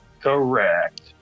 Correct